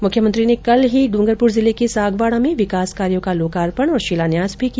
मुख्यमंत्री ने कल ही डूंगरपुर जिले के सागवाड़ा में विकास कार्यो का लोकार्पण और शिलान्यास भी किया